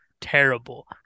terrible